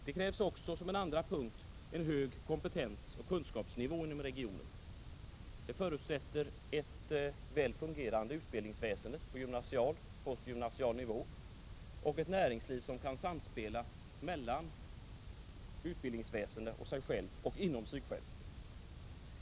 Det krävs för det andra en hög kompetensoch kunskapsnivå inom regionen. Detta förutsätter ett väl fungerande utbildningsväsende på gymnasial och postgymnasial nivå och ett näringsliv som kan medverka i ett samspel mellan utbildningsväsende och sig självt liksom inom sig självt.